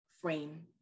frame